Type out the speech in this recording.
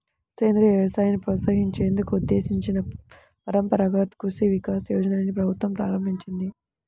సేంద్రియ వ్యవసాయాన్ని ప్రోత్సహించేందుకు ఉద్దేశించిన పరంపరగత్ కృషి వికాస్ యోజనని ప్రభుత్వం ప్రారంభించింది